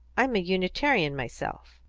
i'm a unitarian myself.